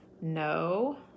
no